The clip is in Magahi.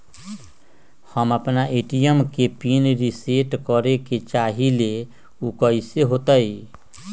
हम अपना ए.टी.एम के पिन रिसेट करे के चाहईले उ कईसे होतई?